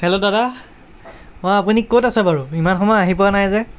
hello দাদা অঁ আপুনি ক'ত আছে বাৰু ইমান সময় আহি পোৱা নাই যে